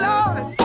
Lord